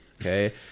Okay